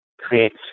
creates